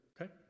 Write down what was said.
okay